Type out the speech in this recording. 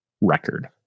record